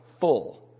full